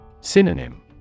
Synonym